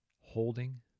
holding